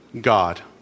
God